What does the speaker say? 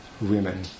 women